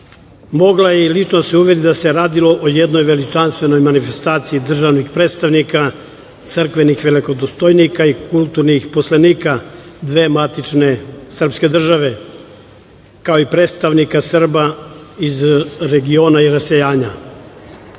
mogla je i lično da se uveri da se radilo o jednoj veličanstvenoj manifestaciji državnih predstavnika, crkvenih velikodostojnika i kulturnih poslanika dve matične srpske države, kao i predstavnika Srba iz regiona i rasejanja. Takođe,